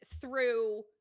through-